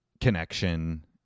connection